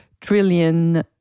trillion